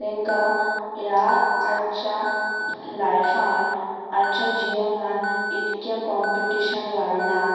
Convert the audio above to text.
तेंकां ह्या आजच्या लायफान आजच्या जिवनान इतक्या कॉम्पिटिशन वाडलां